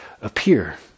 appear